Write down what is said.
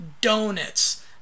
donuts